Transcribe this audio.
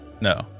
No